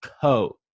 co